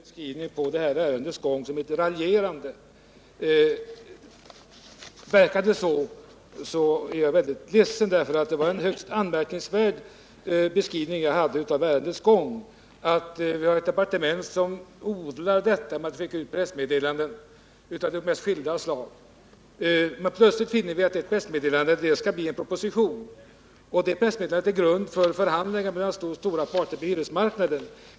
Herr talman! Wilhelm Gustafsson menar att min beskrivning av det här ärendets gång var raljerande. Om den verkade vara det är jag ledsen, för det var en högst seriös beskrivning jag gjorde av arbetets gång. Jag nämnde att ärendet handlades av ett departement som odlar detta att skicka ut pressmeddelanden av de mest skilda slag. Plötsligt finner vi att ett pressmeddelande skall bli en proposition. Det pressmeddelandet ligger sedan till grund för förhandlingar mellan parterna på hyresmarknaden.